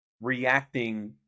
reacting